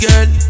Girl